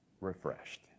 refreshed